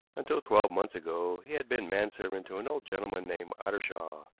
until twelve months ago he had been manservant to an old gentleman named ottershaw,